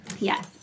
Yes